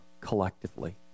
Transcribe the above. collectively